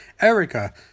erica